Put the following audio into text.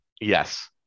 Yes